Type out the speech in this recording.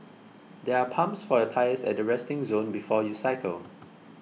there are pumps for your tyres at the resting zone before you cycle